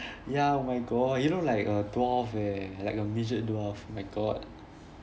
ya oh my god you know life a dwarf eh like a midget dwarf oh my god